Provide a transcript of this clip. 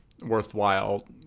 worthwhile